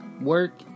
work